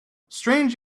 strange